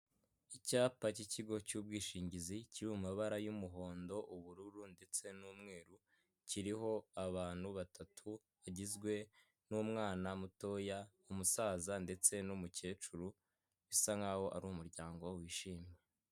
Icyapa cy'ikigo cy'ubwishingizi kiri mu mabara y'umuhondo ubururu ndetse n'umweru kiriho abantu batatu bagizwe n'umwana mutoya umusaza ndetse n'umukecuru bisa nkaho ari umuryango wishimye.